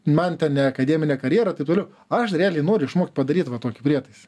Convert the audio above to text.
man ten ne akademinė karjera taip toliau aš realiai noriu išmokt padaryt va tokį prietaisą